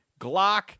Glock